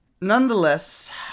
Nonetheless